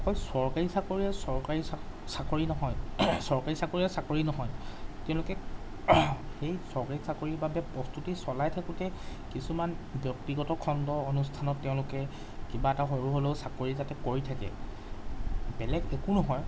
অকল চৰকাৰী চাকৰিয়ে চৰকাৰী চা চাকৰি নহয় চৰকাৰী চাকৰিয়ে চাকৰি নহয় তেওঁলোকে সেই চৰকাৰী চাকৰিৰ বাবে প্ৰস্তুতি চলাই থাকোতেই কিছুমান ব্যক্তিগত খণ্ডৰ অনুষ্ঠানত তেওঁলোকে কিবা এটা সৰু হ'লেও চাকৰি যাতে কৰি থাকে বেলেগ একো নহয়